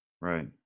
Right